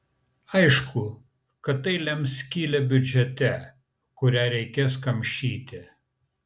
aišku kad tai lems skylę biudžete kurią reikės kamšyti